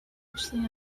actually